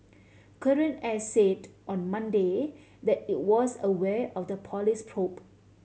Korean Air said on Monday that it was aware of the police probe